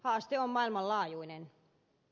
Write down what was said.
haaste on maailmanlaajuinen